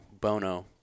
Bono